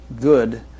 good